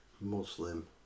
Muslim